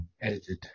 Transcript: edited